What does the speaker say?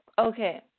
okay